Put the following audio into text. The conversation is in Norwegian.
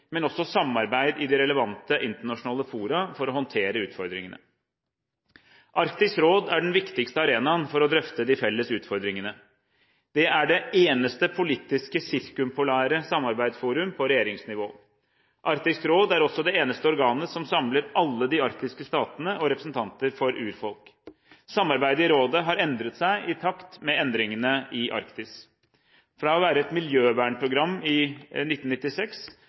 men også samarbeid i de relevante internasjonale fora for å håndtere utfordringene. Arktisk råd er den viktigste arenaen for å drøfte de felles utfordringene. Det er det eneste politiske sirkumpolare samarbeidsforum på regjeringsnivå. Arktisk råd er også det eneste organet som samler alle de arktiske statene og representanter for urfolk. Samarbeidet i rådet har endret seg i takt med endringene i Arktis. Fra å være et miljøvernprogram i 1996